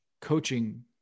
coaching